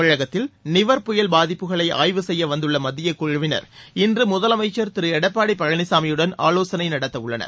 தமிழகத்தில் நிவர் புயல் பாதிப்புகளை ஆய்வு செய்ய வந்துள்ள மத்தியக்குழுவினர் இன்று முதலமைச்சர் திரு எடப்பாடி பழனிசாமியுடன் ஆலோசனை நடத்த உள் ளனர்